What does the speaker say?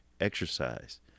Exercise